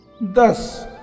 Thus